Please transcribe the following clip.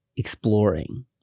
exploring